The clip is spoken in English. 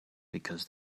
because